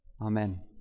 Amen